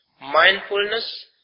mindfulness